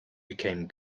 became